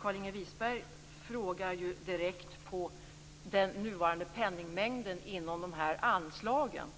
Carlinge Wisberg frågar om den nuvarande penningmängden inom anslagen.